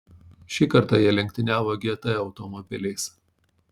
šį kartą jie lenktyniavo gt automobiliais